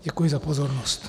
Děkuji za pozornost.